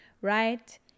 right